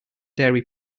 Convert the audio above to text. dairy